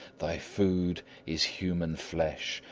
thy food is human flesh,